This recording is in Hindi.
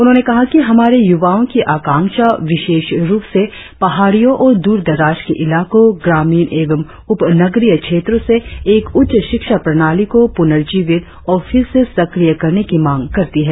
उन्होंने कहा कि हमारे युवाओं की आकांक्षा विशेष रुप से पहाड़ियों और द्रर दराज के इलाकों ग्रामीण एवं उपनगरिय क्षेत्रों से एक उच्च शिक्षा प्रणाली को पुनर्जीवित और फिर से सक्रिय करने की मांग करती है